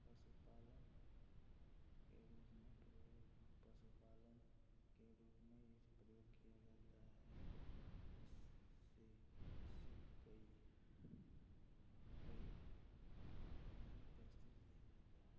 पशुपालन के रूप में प्रयोग पशुपालन के रूप में प्रयोग किया जाता है इस से इससे कई कई कार्य प्रस्तुत किया जाता है